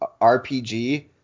RPG